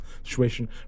situation